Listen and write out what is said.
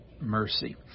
mercy